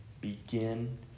Begin